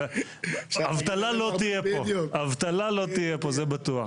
אבטלה לא תהיה פה, זה בטוח.